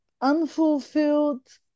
unfulfilled